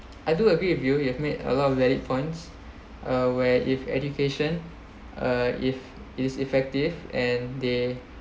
I do agree with you you have made a lot of valid points uh where if education uh if it is effective and they